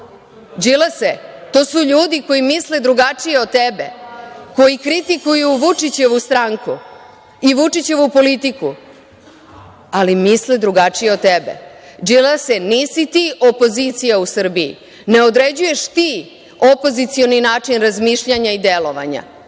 Đilase, to su ljudi koji misle drugačije od tebe, koji kritikuju Vučićevu stranku i Vučićevu politiku, ali misle drugačije od tebe. Đilase, nisi ti opozicija u Srbiji, ne određuješ ti opozicioni način razmišljanja i delovanja.